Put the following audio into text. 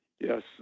yes